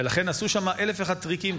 ולכן נעשו שם 1,001 טריקים.